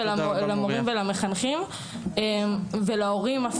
למורים ואפילו להורים.